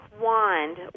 wand